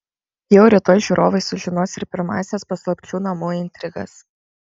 jau rytoj žiūrovai sužinos ir pirmąsias paslapčių namų intrigas